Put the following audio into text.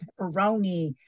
pepperoni